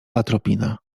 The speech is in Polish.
atropina